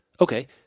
Okay